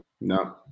no